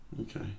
okay